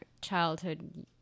childhood